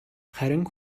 харин